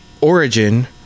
origin